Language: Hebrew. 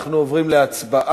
אנחנו עוברים להצבעה.